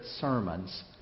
sermons